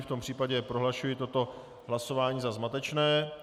V tom případě prohlašuji toto hlasování za zmatečné.